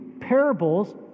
parables